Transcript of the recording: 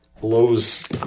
blows